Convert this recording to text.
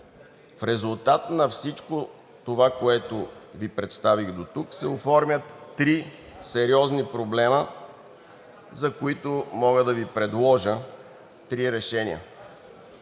в резултат на всичко това, което Ви представих дотук, се оформят три сериозни проблема, за които мога да Ви предложа три решения.